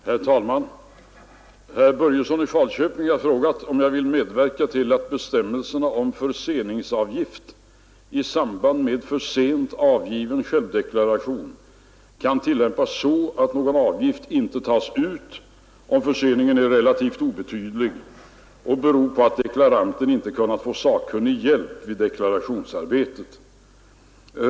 Herr talman! Herr Börjesson i Falköping har frågat om jag vill medverka till att bestämmelserna om förseningsavgift i samband med för sent avgiven självdeklaration kan tillämpas så att någon avgift inte tas ut om förseningen är relativt obetydlig och beror på att deklaranten inte kunnat få sakkunnig hjälp vid deklarationsarbetet.